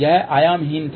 यह आयामहीन था